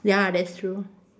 ya that's true